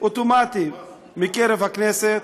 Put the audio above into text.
אוטומטי מקרב הכנסת?